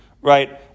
right